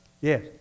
Yes